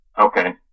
Okay